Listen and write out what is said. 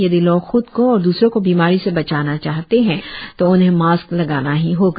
यदि लोग ख्द को और द्रसरों को बीमारी से बचाना चाहते हैं तो उन्हें मास्क लगाना ही होगा